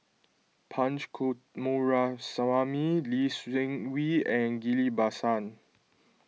Punch Coomaraswamy Lee Seng Wee and Ghillie Basan